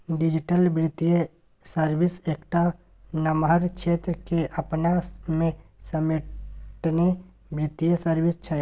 digital बित्तीय service एकटा नमहर क्षेत्र केँ अपना मे समेटने बित्तीय सर्विस छै